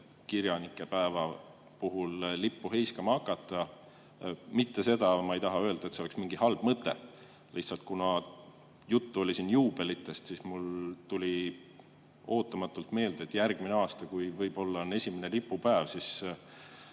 kirjanike päeva puhul lippu heiskama hakata. Mitte seda ma ei taha öelda, et see oleks mingi halb mõte. Lihtsalt, kuna siin oli juttu juubelitest, siis mulle tuli ootamatult meelde, et järgmisel aastal, kui võib-olla on esimene lipupäev, on